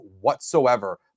whatsoever